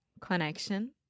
connection